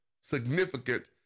significant